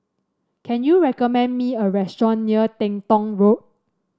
can you recommend me a restaurant near Teng Tong Road